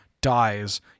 dies